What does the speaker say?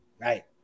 Right